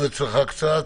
ארז,